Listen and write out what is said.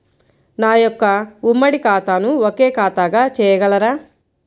నా యొక్క ఉమ్మడి ఖాతాను ఒకే ఖాతాగా చేయగలరా?